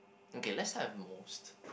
okay let's have most